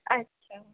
اچھا